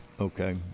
Okay